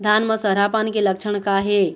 धान म सरहा पान के लक्षण का हे?